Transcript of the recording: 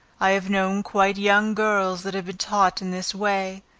i have known quite young girls that had been taught in this way,